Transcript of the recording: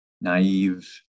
naive